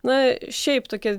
na šiaip tokia